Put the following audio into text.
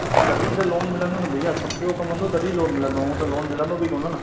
हा तॾहिं त लोन मिलंदो न भैया पके जो कमु हूंदो तॾहिं लोन मिलंदो हूअ त लोन मिलंदो बि कोन न